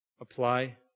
apply